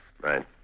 Right